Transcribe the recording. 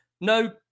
no